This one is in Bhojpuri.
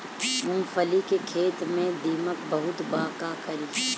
मूंगफली के खेत में दीमक बहुत बा का करी?